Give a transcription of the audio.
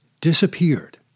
disappeared